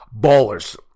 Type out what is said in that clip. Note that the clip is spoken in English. ballers